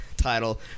title